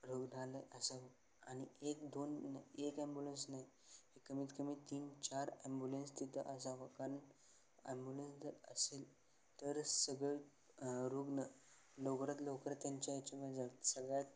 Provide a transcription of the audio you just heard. रूग्णालय असावं आणि एक दोन एक ॲम्ब्युलन्स नाही तर कमीत कमी तीन चार ॲम्बुलन्स तिथं असावं कारण ॲम्ब्युलन्स जर असेल तरच सगळं रूग्ण लवकरात लवकर त्यांच्या याच्यामध्ये जातं सगळ्यात